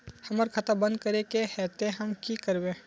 हमर खाता बंद करे के है ते हम की करबे?